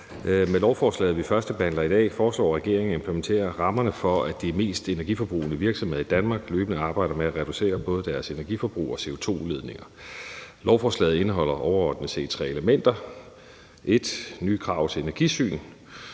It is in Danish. Med lovforslaget, vi førstebehandler i dag, foreslår regeringen at implementere rammerne for, at de mest energiforbrugende virksomheder i Danmark løbende arbejder med at reducere både deres energiforbrug og CO2-udledninger. Lovforslaget indeholder overordnet set tre elementer: For det første